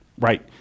right